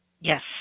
Yes